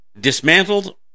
dismantled